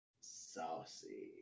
saucy